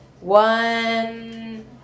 One